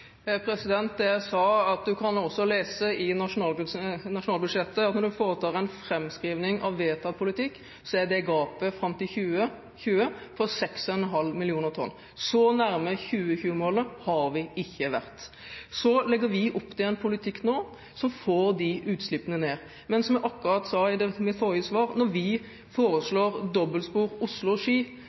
Jeg sa at man også kan lese i nasjonalbudsjettet at når man foretar en framskrivning av vedtatt politikk, så er det gapet fram til 2020 på 6,5 millioner tonn. Så nær 2020-målet har vi ikke vært. Vi legger opp til en politikk som får utslippene ned. Men som jeg akkurat sa i mitt forrige svar, når vi foreslår dobbeltspor